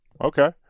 Okay